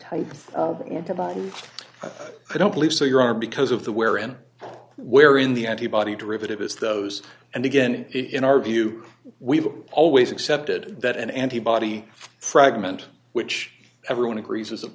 types of antibodies i don't believe so you are because of the where and where in the antibody derivative is those and again in our view we've always accepted that an antibody fragment which everyone agrees is at